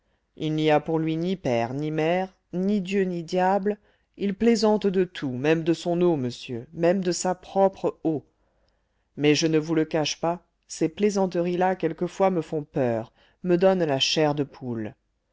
il n'y a pour lui ni père ni mère ni dieu ni diable il plaisante de tout même de son eau monsieur même de sa propre eau mais je ne vous le cache pas ces plaisanteries là quelquefois me font peur me donnent la chair de poule